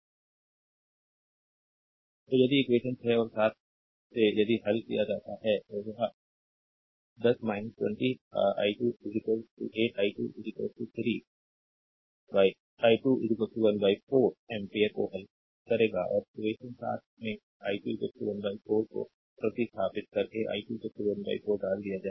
slide time देखें 1350 तो यदि इक्वेशन 6 और 7 से यदि हल किया जाता है तो यह 10 20 i2 8 i2 3 i2 14 एम्पियर को हल करेगा और इक्वेशन 7 में i2 14 को प्रतिस्थापित करके i2 14 डाल दिया जाएगा